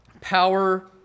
power